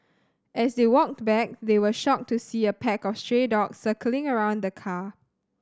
as they walked back they were shocked to see a pack of stray dog circling around the car